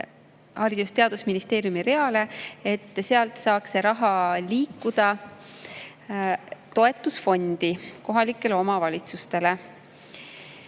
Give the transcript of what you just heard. ja Teadusministeeriumi reale, et sealt saaks see raha liikuda toetusfondi kohalikele omavalitsustele.